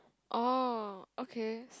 oh okay